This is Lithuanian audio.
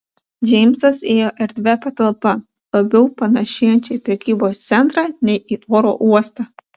džeimsas ėjo erdvia patalpa labiau panėšėjančia į prekybos centrą nei į oro uostą